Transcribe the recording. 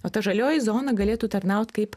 o ta žalioji zona galėtų tarnauti kaip